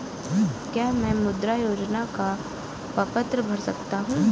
क्या मैं मुद्रा योजना का प्रपत्र भर सकता हूँ?